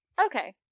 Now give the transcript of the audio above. Okay